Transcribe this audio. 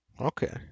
Okay